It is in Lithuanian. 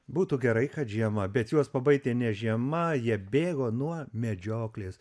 būtų gerai kad žiema bet juos pabaidė ne žiema jie bėgo nuo medžioklės